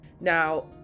now